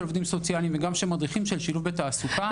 עובדים סוציאליים וגם של מדריכים של שילוב בתעסוקה.